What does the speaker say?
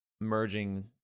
merging